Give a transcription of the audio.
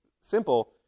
simple